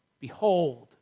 Behold